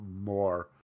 more